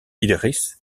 idriss